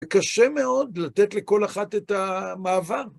קשה מאוד לתת לכל אחת את המעבר.